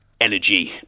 energy